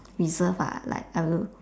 reserved lah like I will